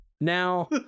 Now